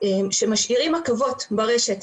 שהם משאירים עקבות ברשת,